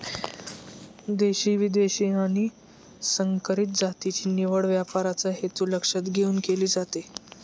देशी, विदेशी आणि संकरित जातीची निवड व्यापाराचा हेतू लक्षात घेऊन केली जाते